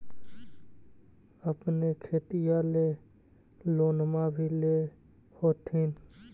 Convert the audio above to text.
अपने खेतिया ले लोनमा भी ले होत्थिन?